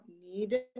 need